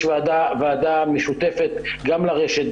יש ועדה משותפת גם לרשת,